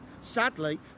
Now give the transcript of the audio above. Sadly